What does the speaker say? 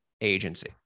agency